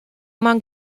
man